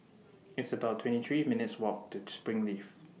It's about twenty three minutes' Walk to Springleaf